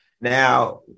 Now